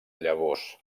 llavors